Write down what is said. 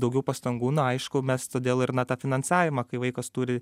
daugiau pastangų na aišku mes todėl ir na tą finansavimą kai vaikas turi